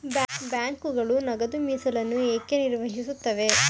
ಬ್ಯಾಂಕುಗಳು ನಗದು ಮೀಸಲನ್ನು ಏಕೆ ನಿರ್ವಹಿಸುತ್ತವೆ?